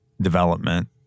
development